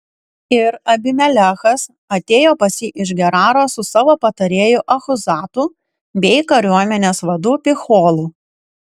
ir abimelechas atėjo pas jį iš geraro su savo patarėju achuzatu bei kariuomenės vadu picholu